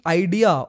idea